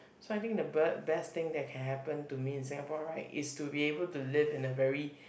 so I think the be~ best thing that can happen to me in Singapore right is to be able to live in a very